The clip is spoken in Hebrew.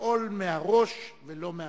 לפעול מהראש ולא מהבטן.